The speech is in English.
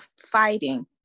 fighting